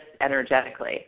energetically